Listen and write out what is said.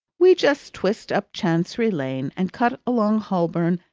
we just twist up chancery lane, and cut along holborn,